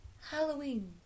Halloween